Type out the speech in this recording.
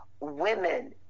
women